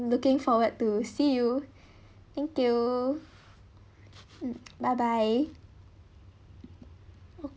looking forward to see you thank you mm bye bye